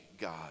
God